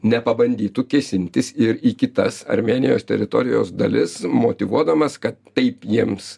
nepabandytų kėsintis ir į kitas armėnijos teritorijos dalis motyvuodamas kad taip jiems